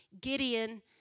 Gideon